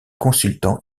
consultant